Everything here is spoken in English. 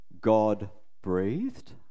God-breathed